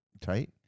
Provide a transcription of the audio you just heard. Tight